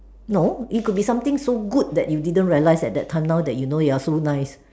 no it could be something so good that you didn't realise it at that time now that you know that you are so nice